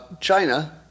China